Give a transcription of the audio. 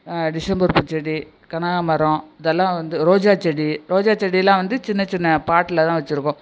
December பூ செடி கனகாம்பரம் இதெல்லாம் வந்து ரோஜாச்செடி ரோஜாச்செடிலாம் வந்து சின்ன சின்ன பாட்டில் தான் வச்சுருக்கோம்